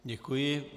Děkuji.